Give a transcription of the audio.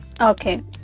okay